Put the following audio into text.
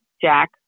Jack